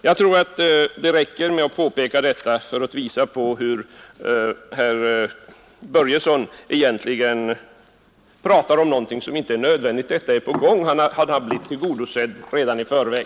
Jag tror att det räcker med att påpeka detta för att visa att vad herr Börjesson talar om redan är på gång; han har blivit tillgodosedd redan i förväg.